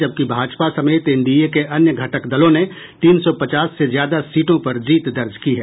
जबकि भाजपा समेत एनडीए के अन्य घटक दलों ने तीन सौ पचास से ज्यादा सीटों पर जीत दर्ज की है